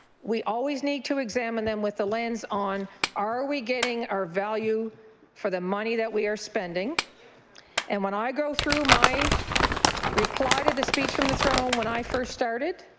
we always need to examine them with the lens on are we getting our value for the money that we are spending and when i go through my reply to the speech from the throne when i first started,